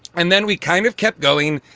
and then we kind of kept going.